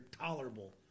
tolerable